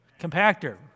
compactor